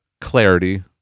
clarity